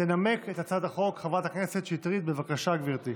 אני קובע כי הצעת החוק התקבלה בקריאה המוקדמת,